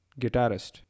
guitarist